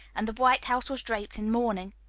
and the white house was draped in mourning.